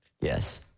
Yes